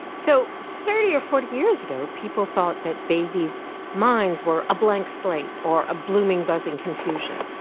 so thirty or forty years ago, people thought that babies' minds were a blank slate or a blooming buzzing confusion.